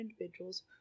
individuals